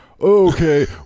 Okay